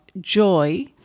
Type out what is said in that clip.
Joy